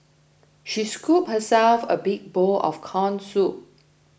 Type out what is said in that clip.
she scooped herself a big bowl of Corn Soup